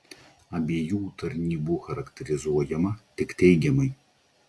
abiejų tarnybų charakterizuojama tik teigiamai